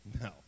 No